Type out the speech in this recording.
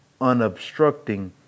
unobstructing